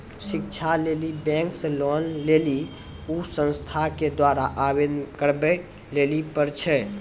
शिक्षा लेली बैंक से लोन लेली उ संस्थान के द्वारा आवेदन करबाबै लेली पर छै?